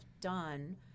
done